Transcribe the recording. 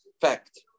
fact